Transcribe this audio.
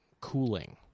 cooling